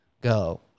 go